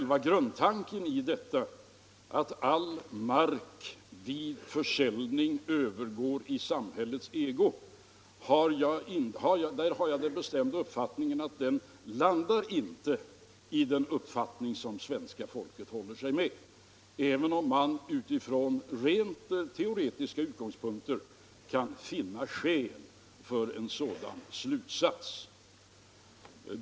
Beträffande själva tankegången att all mark vid försäljning övergår i samhällets ägo har jag den bestämda uppfattningen att den inte överensstämmer med den uppfattning som svenska folket håller sig med, även om man utifrån rent teoretiska utgångspunkter kan finna skäl för den uppfattning som LO företräder.